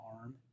arm